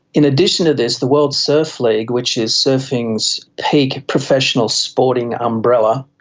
in addition to this, the world surf league, which is surfing's peak professional sporting umbrella,